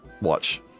watch